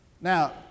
Now